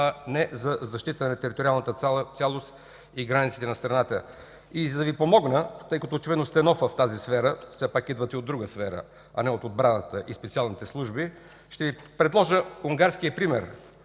а не за защита на териториалната цялост и границите на страната?! И за да Ви помогна, тъй като очевидно сте нов в тази сфера, все пак идвате от друга, а не от отбраната и специалните служби, ще Ви предложа унгарския пример.